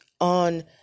on